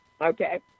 Okay